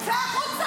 זה לא יכול להיות.